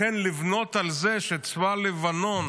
לכן, לבנות על זה שצבא לבנון